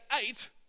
eight